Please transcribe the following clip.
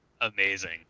amazing